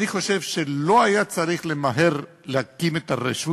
אני חושב שלא היה צריך למהר להקים את הרשות